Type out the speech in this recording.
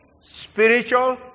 spiritual